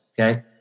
Okay